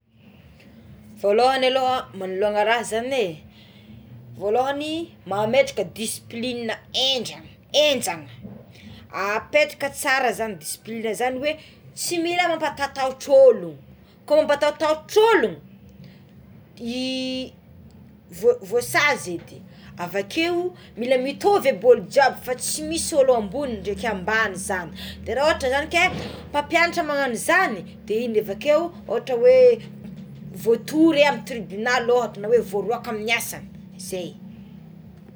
Voalohany maloha magnomagna raha zagny é volohagny mametraka discipligna endrana enjana apetraka tsara zany discipligna zany oe tsy mila mampatahotahotro olo ko mba mapatahotahotr'olo i vo- vosazy edy avakeo mila mitovy olojiaby fa tsy misy olo ambony dreky ambany zany de raha oatra zagny ke mpampianatra magnagno zagny de igny avakeo otra oé voatory amign'ny tribinaly oatra na voaroka amign'ny asagny zay.